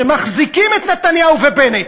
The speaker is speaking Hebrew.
שמחזיקים את נתניהו ובנט,